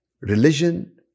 religion